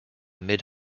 mid